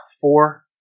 four